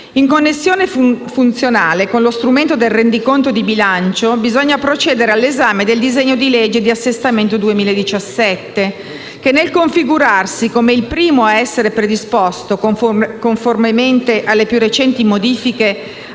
In connessione funzionale con lo strumento del rendiconto di bilancio, bisogna procedere all'esame del disegno di legge di assestamento 2017, che, nel configurarsi come il primo a essere predisposto conformemente alle più recenti modifiche